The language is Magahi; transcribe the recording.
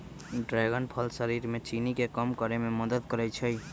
ड्रैगन फल शरीर में चीनी के कम करे में मदद करई छई